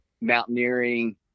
mountaineering